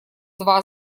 два